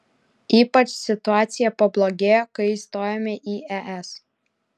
ypač situacija pablogėjo kai įstojome į es